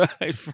right